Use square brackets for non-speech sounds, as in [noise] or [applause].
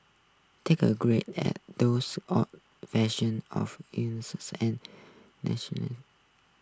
take a great at those odd fashion of [unintelligible] and national